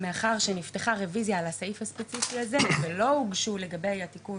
מאחר ונפתחה רוויזיה על הסעיף הספציפי הזה ולא הוגשו לגבי התיקון